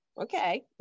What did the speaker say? okay